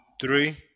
Three